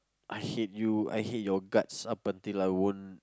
I hate you I hate your guts up until I won't